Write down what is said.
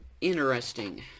interesting